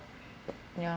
ya